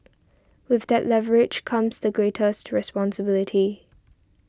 with that leverage comes the greatest responsibility